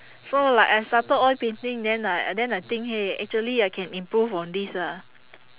so like I started oil painting then I then I think !hey! actually I can improve on this ah